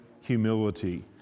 humility